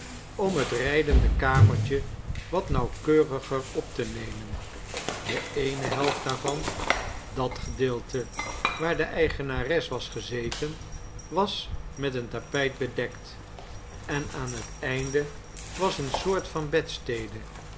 om het rijdende kamertje wat nauwkeuriger op te nemen de eene helft daarvan dat gedeelte waar de eigenares was gezeten was met een tapijt bedekt en aan het einde was eene soort van bedstede